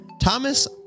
Thomas